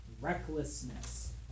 recklessness